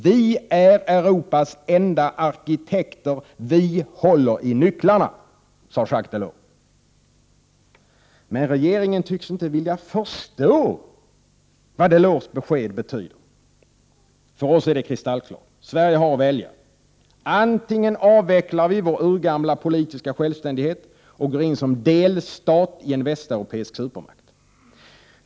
—-— Vi är "Europas' enda arkitekter, vi håller i nycklarna.” Men regeringen tycks inte vilja förstå vad Delors besked betyder. För oss är det kristallklart. Sverige har att välja: Antingen avvecklar vi vår urgamla politiska självständighet och går in som delstat i en västeuropeisk supermakt.